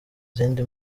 izindi